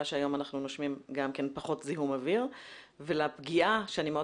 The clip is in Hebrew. שהיום אנחנו נושמים פחות זיהום אוויר ולפגיעה שאני מאוד